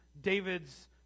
David's